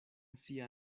sia